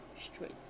straight